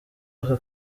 aka